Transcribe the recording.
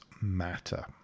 matter